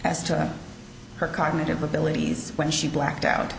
as to her cognitive abilities when she blacked out